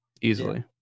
easily